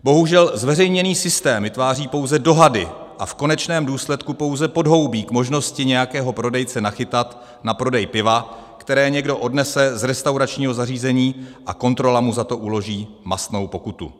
Bohužel zveřejněný systém vytváří pouze dohady a v konečném důsledku pouze podhoubí k možnosti nějakého prodejce nachytat na prodej piva, které někdo odnese z restauračního zařízení, a kontrola mu za to uloží mastnou pokutu.